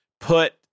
put